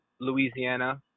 Louisiana